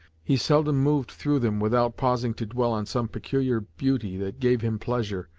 he seldom moved through them, without pausing to dwell on some peculiar beauty that gave him pleasure,